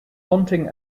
hunting